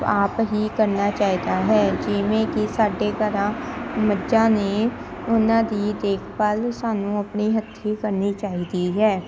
ਆਪ ਹੀ ਕਰਨਾ ਚਾਹੀਦਾ ਹੈ ਜਿਵੇਂ ਕਿ ਸਾਡੇ ਘਰ ਮੱਝਾਂ ਨੇ ਉਹਨਾਂ ਦੀ ਦੇਖਭਾਲ ਸਾਨੂੰ ਆਪਣੇ ਹੱਥੀਂ ਕਰਨੀ ਚਾਹੀਦੀ ਹੈ